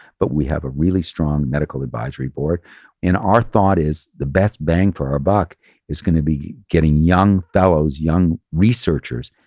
but we have a really strong medical advisory board and our thought is the best bang for our buck is going to be getting young fellows, young researchers,